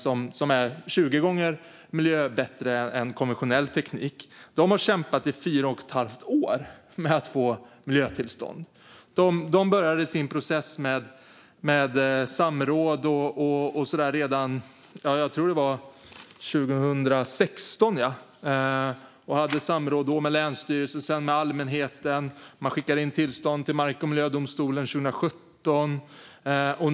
Det är 20 gånger miljöbättre än konventionell teknik. Företaget har kämpat i fyra och ett halvt år med att få miljötillstånd. Man började sin process med samråd och så vidare redan 2016. Man hade då samråd med länsstyrelsen och sedan med allmänheten. Man skickade in tillstånd till mark och miljödomstolen 2017.